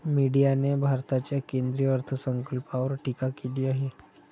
मीडियाने भारताच्या केंद्रीय अर्थसंकल्पावर टीका केली आहे